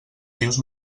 dius